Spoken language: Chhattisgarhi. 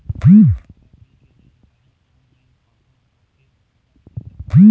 मोला बिल के जानकारी ऑनलाइन पाहां होथे सकत हे का?